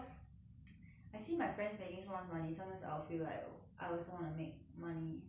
I see my friends my friends making so much money sometimes I'll feel like oh I also want to make money but I don't know what